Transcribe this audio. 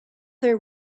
their